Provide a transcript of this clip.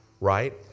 Right